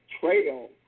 trail